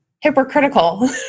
hypocritical